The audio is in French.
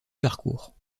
parcours